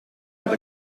dat